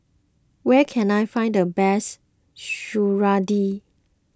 where can I find the best Serunding